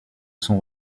sont